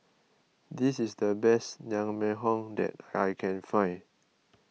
this is the best Naengmyeon that I can find